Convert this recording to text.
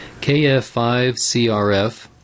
KF5CRF